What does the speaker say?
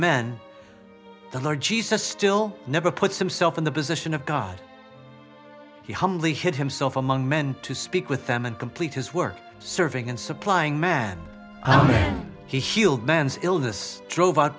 men the lord jesus still never puts himself in the position of god he humbly hid himself among men to speak with them and complete his work serving and supplying man he healed man's illness drove out